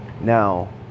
Now